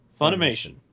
Funimation